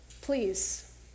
please